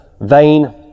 vain